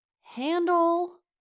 handle